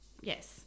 Yes